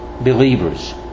believers